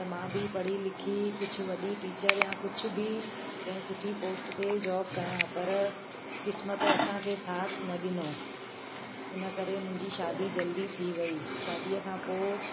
त मां बि पढ़ी लिखी कुझु वॾी टीचर या कुझु बि कंहिं सुठी पोस्ट ते जॉब कयां पर किस्मत असांखे साथ न ॾिनो हिन करे मुंहिंजी शादी जल्दी थी वई शादीअ खां पोइ